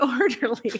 orderly